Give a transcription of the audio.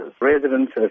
Residents